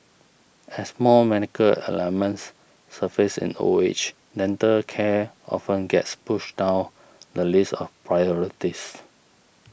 as more medical ailments surface in old age dental care often gets pushed down the list of priorities